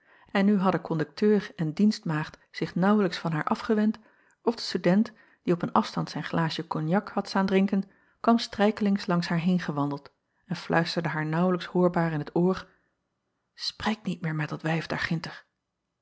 en nu hadden kondukteur en dienstmaagd zich naauwlijks van haar afgewend of de student die op een afstand zijn glaasje cognac had staan drinken kwam strijkelings langs haar heengewandeld en fluisterde haar naauwlijks hoorbaar in t oor spreek niet meer met dat wijf